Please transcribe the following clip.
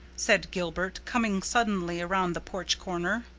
said gilbert, coming suddenly around the porch corner.